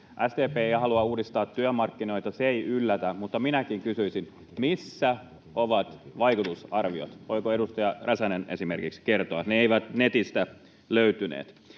SDP ei halua uudistaa työmarkkinoita, se ei yllätä, mutta minäkin kysyisin: missä ovat vaikutusarviot, voiko esimerkiksi edustaja Räsänen kertoa? Ne eivät netistä löytyneet.